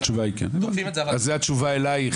אז זאת התשובה אלייך.